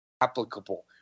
applicable